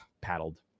paddled